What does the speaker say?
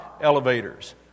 elevators